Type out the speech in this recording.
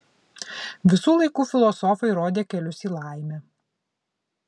visų laikų filosofai rodė kelius į laimę